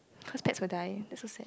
cause pets will die that's so sad